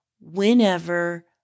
whenever